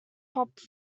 pop